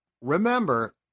remember